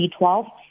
B12